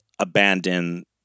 abandon